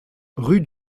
rue